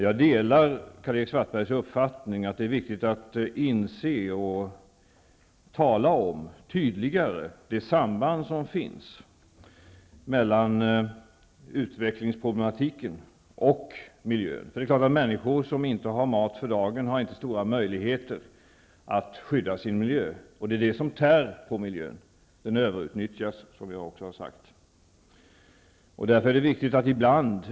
Jag delar Karl-Erik Svartbergs uppfattning att det är viktigt att inse och tydligare tala om de samband som finns mellan problemen med utvecklingen och problemen med miljön. Det är klart att människor som inte har mat för dagen inte har så stora möjligheter att skydda sin miljö. Det är det som tär på miljön. Som jag tidigare har sagt överutnyttjas också miljön.